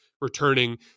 returning